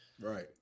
Right